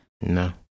No